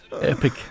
epic